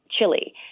Chile